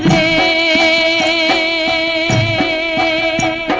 a